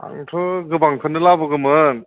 आंथ' गोबांखौनो लाबोगौमोन